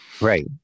right